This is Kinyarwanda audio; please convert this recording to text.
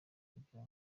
kugira